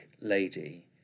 lady